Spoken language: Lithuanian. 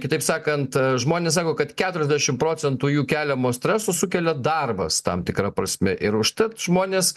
kitaip sakant žmonės sako kad keturiasdešimt procentų jų keliamo streso sukelia darbas tam tikra prasme ir užtat žmonės